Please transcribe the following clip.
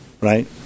Right